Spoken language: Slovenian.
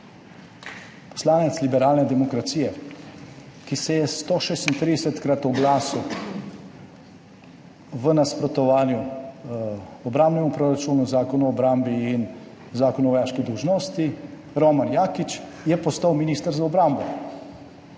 poslanec Liberalne demokracije Slovenije, ki se je 136-krat oglasil v nasprotovanju obrambnemu proračunu, zakonu o obrambi in zakonu o vojaški dolžnosti, Roman Jakič, je postal minister za obrambo.